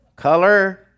color